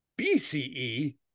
BCE